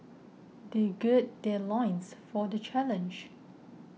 they gird their loins for the challenge